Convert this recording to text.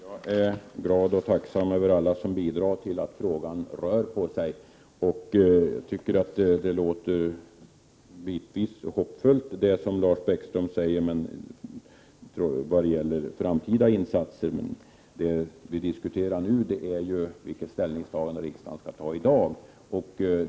Herr talman! Jag är glad och tacksam över alla som bidrar till att frågan rör på sig. Jag tycker att det som Lars Bäckström säger bitvis låter hoppfullt när det gäller framtida insatser. Men det vi nu diskuterar är det ställningstagande som riksdagen skall göra i dag.